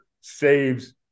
saves